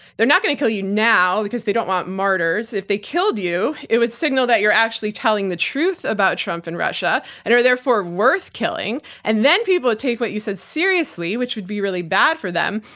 they're not gonna kill you now because they don't want martyrs. if they killed you, it would signal that you're actually telling the truth about trump and russia and are therefore worth killing and then people take what you said seriously, which would be really bad for them.